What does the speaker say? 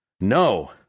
No